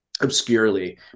obscurely